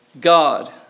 God